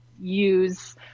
use